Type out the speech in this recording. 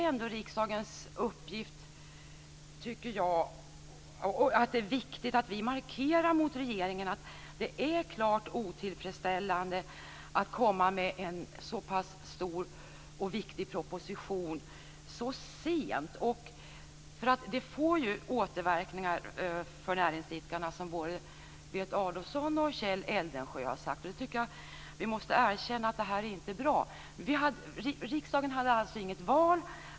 Jag tycker att det är viktigt att vi i riksdagen markerar mot regeringen att det är klart otillfredsställande att komma med en så pass stor och viktig proposition så sent. Det får återverkningar för näringsidkarna, som både Berit Adolfsson och Kjell Eldensjö har sagt. Vi måste erkänna att det inte är bra. Riksdagen hade alltså inget val.